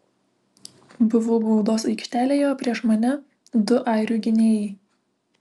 buvau baudos aikštelėje o prieš mane du airių gynėjai